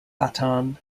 baton